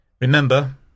Remember